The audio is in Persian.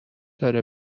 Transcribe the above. داره